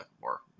more